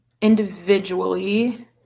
individually